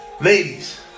Ladies